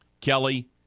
Kelly